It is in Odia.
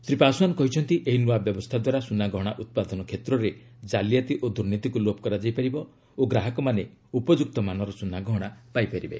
ଶ୍ରୀ ପାଶୱାନ କହିଛନ୍ତି ଏହି ନୂଆ ବ୍ୟବସ୍ଥା ଦ୍ୱାରା ସୁନାଗହଶା ଉତ୍ପାଦନ କ୍ଷେତ୍ରରେ ଜାଲିଆତି ଓ ଦୁର୍ନୀତିକୁ ଲୋପ କରାଯାଇ ପାରିବ ଓ ଗ୍ରାହକମାନେ ଉପଯୁକ୍ତ ମାନର ସ୍ତନାଗହଣା ପାଇପାରିବେ